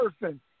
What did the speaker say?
person